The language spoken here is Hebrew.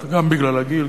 גם בגלל הגיל,